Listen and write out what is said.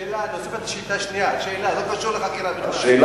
שאלה נוספת, לשאילתא השנייה, לא קשור לחקירה בכלל.